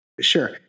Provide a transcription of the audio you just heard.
Sure